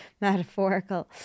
metaphorical